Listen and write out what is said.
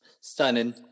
Stunning